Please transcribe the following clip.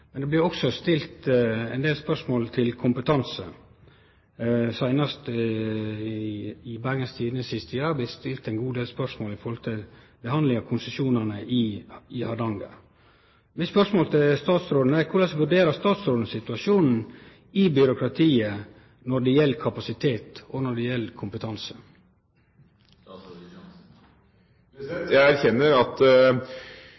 men det blir også stilt ein del spørsmål med omsyn til kompetanse. Seinast i Bergens Tidende den siste tida har det blitt stilt ein god del spørsmål rundt behandlinga av konsesjonane i Hardanger. Spørsmålet mitt til statsråden er: Korleis vurderer statsråden situasjonen i byråkratiet når det gjeld kapasitet og kompetanse? Jeg erkjenner at på kapasitet har det